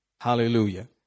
Hallelujah